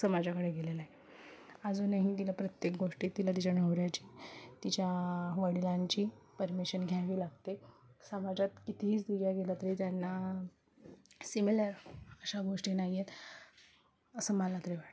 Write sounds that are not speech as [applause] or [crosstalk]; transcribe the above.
समाजाकडे गेलेलं आहे अजूनही तिला प्रत्येक गोष्टी तिला तिच्या नवऱ्याची तिच्या वडिलांची परमिशन घ्यावी लागते समाजात कितीही [unintelligible] गेलं तरी त्यांना सिमिलर अशा गोष्टी नाही येत असं मला तरी वाटतं